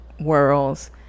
worlds